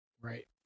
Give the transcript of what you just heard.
Right